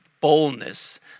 boldness